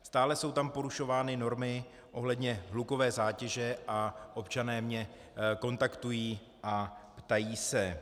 Stále jsou tam porušovány normy ohledně hlukové zátěže a občané mě kontaktují a ptají se.